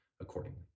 accordingly